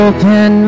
Open